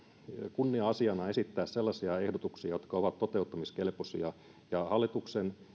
kunnia asiana esittää sellaisia ehdotuksia jotka ovat toteuttamiskelpoisia ja hallituksen